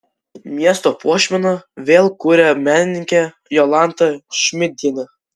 miesto puošmeną vėl kuria menininkė jolanta šmidtienė